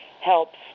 helps